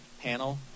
panel